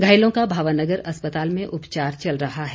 घायलों का भावा नगर अस्पताल में उपचार चल रहा है